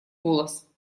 голос